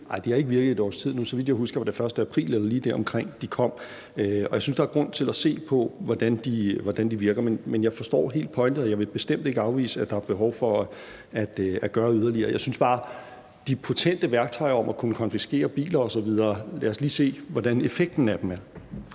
som har virket siden 1. april, så vidt jeg husker, eller lige deromkring, og jeg synes, at der er grund til at se på, hvordan de virker. Jeg forstår helt pointen, og jeg vil bestemt ikke afvise, at der er behov for at gøre yderligere. I forhold til de potente værktøjer med at kunne konfiskere biler osv. synes jeg bare: Lad os lige se, hvordan effekten af dem er.